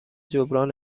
جبران